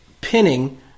pinning